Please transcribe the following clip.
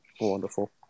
Wonderful